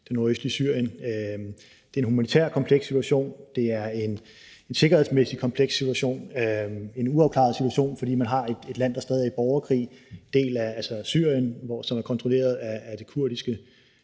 Det er en humanitær kompleks situation; det er en sikkerhedsmæssig kompleks situation; og det er en uafklaret situation, fordi man har et land, der stadig er i borgerkrig, hvor en del af Syrien er kontrolleret af kurdiske